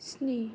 स्नि